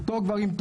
תור גברים,